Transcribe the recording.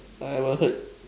I will hurt